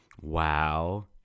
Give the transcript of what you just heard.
wow